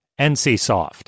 NCSoft